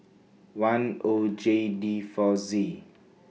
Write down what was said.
one O J D four Z